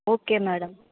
okay madam